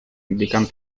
indican